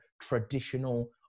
traditional